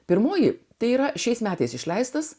pirmoji tai yra šiais metais išleistas